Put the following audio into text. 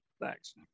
Thanks